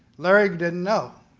larry didn't know.